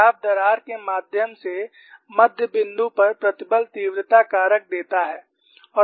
graph दरार के माध्यम से मध्य बिंदु पर प्रतिबल तीव्रता कारक देता है